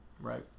Right